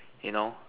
you know